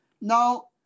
Now